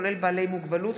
כולל בעלי מוגבלות.